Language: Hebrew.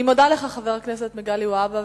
אני מודה לך, חבר הכנסת מגלי והבה.